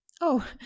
Oh